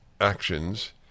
actions